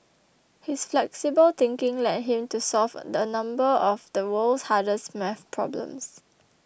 his flexible thinking led him to solve a number of the world's hardest maths problems